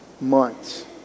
months